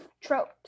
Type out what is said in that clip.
tropes